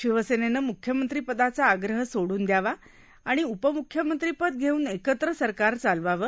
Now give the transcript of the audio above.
शिवसेनेनं म्ख्यमंत्रीपदाचा आग्रह सोडून द्यावा आणि उपम्ख्यमंत्री पद घेऊन एकत्र सरकार चालवावं